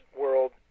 World